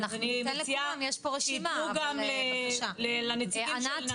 אני מציעה שייתנו גם לנציגים של נצרת.